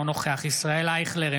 אינו נוכח ישראל אייכלר,